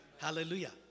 Hallelujah